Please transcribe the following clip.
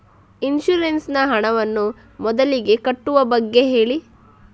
insurance ನ ಹಣವನ್ನು ಮೊದಲಿಗೆ ಕಟ್ಟುವ ಬಗ್ಗೆ ಹೇಳಿ